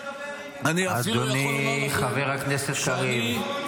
לדבר על ענייני --- אדוני חבר הכנסת קריב.